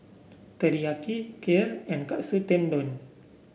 Teriyaki Kheer and Katsu Tendon